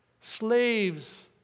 Slaves